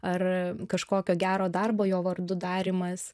ar kažkokio gero darbo jo vardu darymas